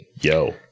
yo